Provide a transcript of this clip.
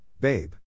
babe